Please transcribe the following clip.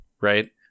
right